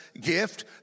gift